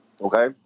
Okay